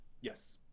yes